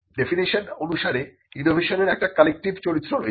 definition অনুসারে ইনোভেশনের একটি কালেক্টিভ চরিত্র রয়েছে